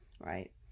right